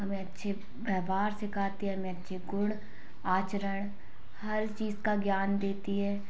हमें अच्छे व्यवहार सिखाती है हमें अच्छे गुण आचरण हर चीज़ का ज्ञान देती है